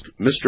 Mr